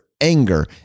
anger